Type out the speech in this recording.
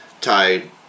tied